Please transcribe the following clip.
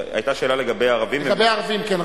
אבל מה עם יצירת חסמים אחר כך?